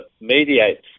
mediates